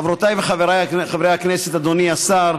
חברותיי וחבריי חברי הכנסת, אדוני השר.